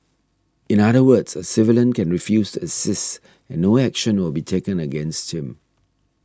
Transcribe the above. in other words a civilian can refuse assist and no action will be taken against him